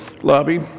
lobby